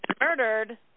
murdered